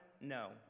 No